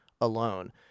alone